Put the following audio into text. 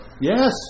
Yes